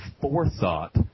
forethought